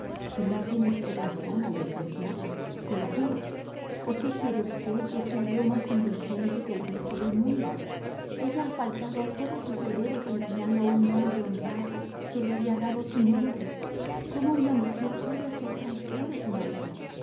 pero no tiene usted razón al despreciarla se lo juro por qué quiere usted que sea yo más indulgente que el resto del mundo ella ha faltado a todos sus deberes engañando a un hombre honrado que le había dado su nombre cómo una mujer puede hacer traición a su marido